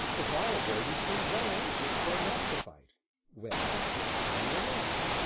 a while ago you seemed very anxious for a man to fight well i'm your man,